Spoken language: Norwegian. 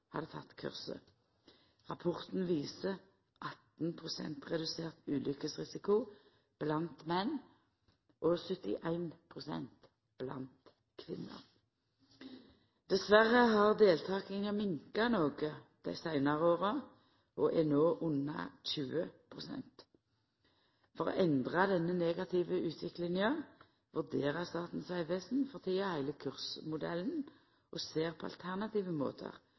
hadde teke kurset. Rapporten viser 18 pst. redusert ulukkesrisiko blant menn og 71 pst. blant kvinner. Dessverre har deltakinga minka noko dei seinare åra og er no under 20 pst. For å endra denne negative utviklinga vurderer Statens vegvesen for tida heile kursmodellen og ser på alternative måtar